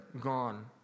gone